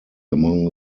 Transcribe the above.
among